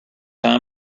time